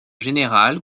générale